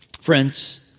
Friends